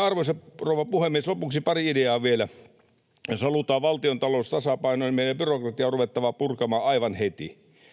Arvoisa rouva puhemies! Lopuksi pari ideaa vielä: Jos halutaan valtiontalous tasapainoon, niin meidän on byrokratiaa ruvettava purkamaan aivan heti.